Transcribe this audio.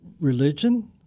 religion